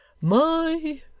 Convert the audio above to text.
My